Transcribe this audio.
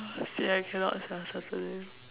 scared I cannot sia Saturday